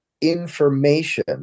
information